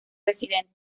residentes